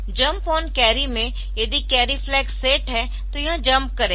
jump on carry में यदि carry flag set है तो यह जंप करेगा